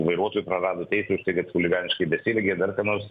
vairuotojų prarado teisių už tai kad chuliganiškai besielgė dar ką nors